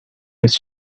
his